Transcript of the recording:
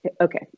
okay